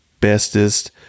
bestest